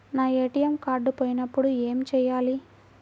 నా ATM card పోయినప్పుడు ఏమి చేయాలి?